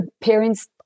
parents